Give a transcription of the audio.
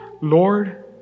Lord